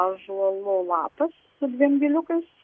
ąžuolo lapas su dviem giliukais